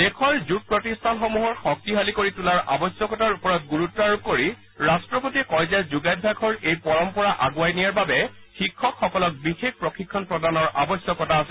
দেশৰ যোগ প্ৰতিষ্ঠানসমূহ শক্তিশালী কৰি তোলাৰ আৱশ্যকতাৰ ওপৰত ণ্ণৰুত্ব আৰোপ কৰি ৰাট্টপতিয়ে কয় যে যোগাভ্যাসৰ এই পৰম্পৰা আণ্ডৱাই নিয়াৰ বাবে শিক্ষকসকলক বিশেষ প্ৰশিক্ষণ প্ৰদানৰ আৱশ্যকতা আছে